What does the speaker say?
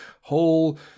whole